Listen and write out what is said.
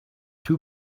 too